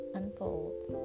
unfolds